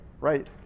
right